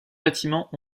bâtiments